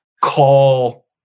call